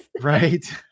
Right